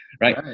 Right